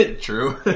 true